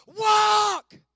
walk